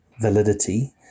validity